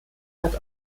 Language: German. hat